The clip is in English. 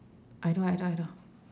I know I know I know